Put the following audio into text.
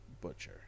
Butcher